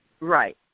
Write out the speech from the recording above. right